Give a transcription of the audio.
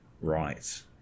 Right